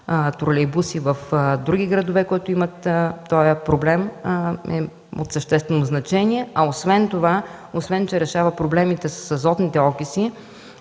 тролейбуси в други градове, които имат този проблем, е от съществено значение. Освен че решава проблемите с азотните окиси,